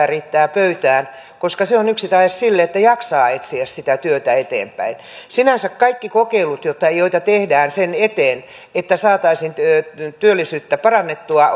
riittää pöytään koska se on yksi tae sille että jaksaa etsiä sitä työtä eteenpäin sinänsä kaikki kokeilut joita tehdään sen eteen että saataisiin työllisyyttä parannettua